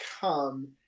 come